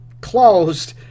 closed